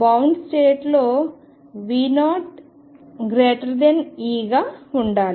bound state లో V0E గా ఉండాలి